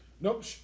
Nope